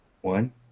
One